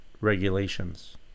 regulations